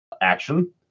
action